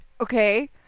okay